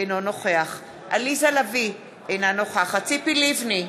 אינו נוכח עליזה לביא, אינה נוכחת ציפי לבני,